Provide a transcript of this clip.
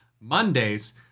Mondays